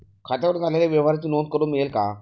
खात्यावर झालेल्या व्यवहाराची नोंद करून मिळेल का?